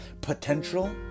potential